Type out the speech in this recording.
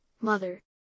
mother